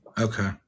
Okay